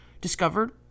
discovered